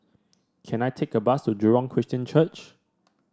can I take a bus to Jurong Christian Church